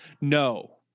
No